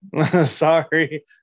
sorry